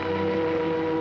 or